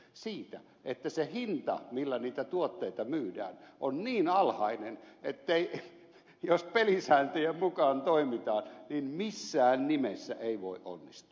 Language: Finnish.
siitä että se hinta millä niitä tuotteita myydään on niin alhainen että jos pelisääntöjen mukaan toimitaan niin missään nimessä ei voi onnistua